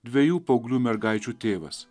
dviejų paauglių mergaičių tėvas